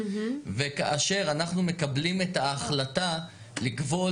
וכאשר אנחנו מקבלים את ההחלטה לכבול